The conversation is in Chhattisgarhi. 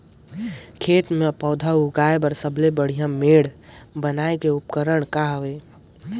खेत मे पौधा उगाया बर सबले बढ़िया मेड़ बनाय के उपकरण कौन हवे?